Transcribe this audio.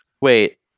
Wait